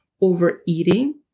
overeating